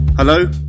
Hello